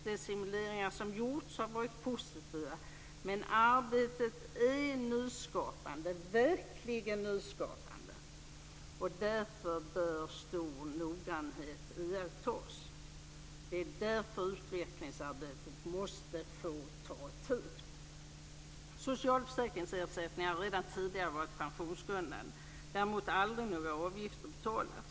De simuleringar som gjorts har varit positiva, men arbetet är verkligen nyskapande, och därför bör stor noggrannhet iakttas. Det är därför utvecklingsarbetet måste få ta tid. Socialförsäkringsersättningar har redan tidigare varit pensionsgrundande. Däremot har aldrig några avgifter betalats.